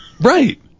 right